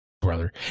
brother